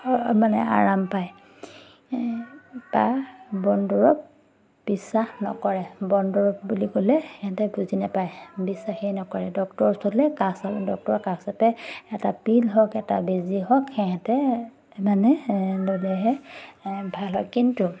মানে আৰাম পায় বা বনদৰৱ বিশ্বাস নকৰে বনদৰৱ বুলি ক'লে সিহঁতে বুজি নাপায় বিশ্বাসেই নকৰে ডক্টৰৰ ওচৰলৈ কাষ চাপে ডক্টৰৰ কাষ চাপে এটা পিল হওক এটা বেজী হওক সেহঁতে মানে ল'লেহে ভাল হয় কিন্তু